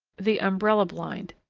the umbrella blind.